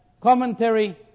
commentary